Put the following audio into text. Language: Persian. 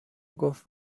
گفت